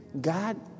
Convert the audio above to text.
God